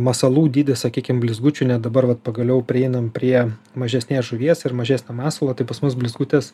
masalų dydis sakykim blizgučių ne dabar vat pagaliau prieinam prie mažesnės žuvies ir mažesnio masalo tai pas mus blizgutis